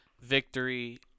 victory